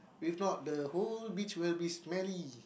if not the whole beach will be smelly